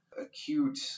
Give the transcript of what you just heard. Acute